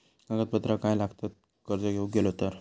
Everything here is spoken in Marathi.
कागदपत्रा काय लागतत कर्ज घेऊक गेलो तर?